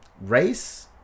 race